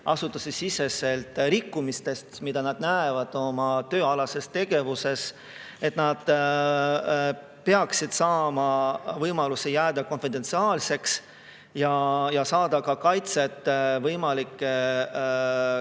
asutusesiseselt rikkumistest, mida nad näevad oma tööalases tegevuses, peaks olema võimalus jääda konfidentsiaalseks ja saada ka kaitset võimaliku kiusamise